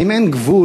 האם אין גבול